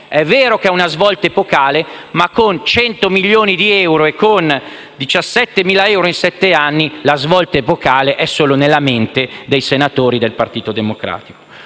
È vero che è una svolta epocale, ma con 100 milioni di euro e 17.000 euro in sette anni per Comune, la svolta epocale è solo nella mente dei senatori del Partito Democratico.